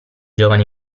giovane